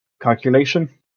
calculation